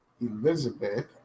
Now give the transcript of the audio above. Elizabeth